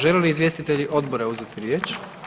Žele li izvjestitelji odbora uzeti riječ?